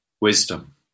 Wisdom